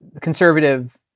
conservative